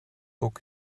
book